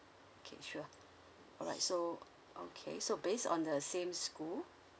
okay sure alright so okay so based on the same school